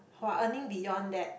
who are earning beyond that